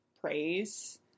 praise